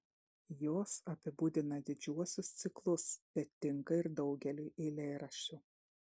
jos apibūdina didžiuosius ciklus bet tinka ir daugeliui eilėraščių